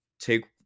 take